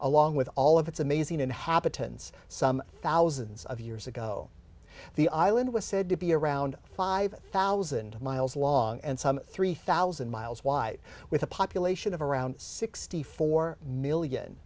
along with all of its amazing inhabitants some thousands of years ago the island was said to be around five thousand miles long and some three thousand miles wide with a population of around sixty four million